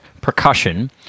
percussion